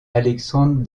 alexandre